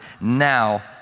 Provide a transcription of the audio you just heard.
now